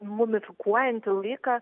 mumifikuojanti laiką